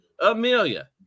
Amelia